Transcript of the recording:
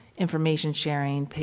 information-sharing,